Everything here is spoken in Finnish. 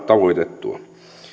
tavoitettua